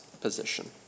position